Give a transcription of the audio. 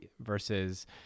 versus